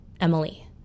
Emily